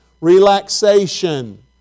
Relaxation